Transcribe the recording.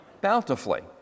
bountifully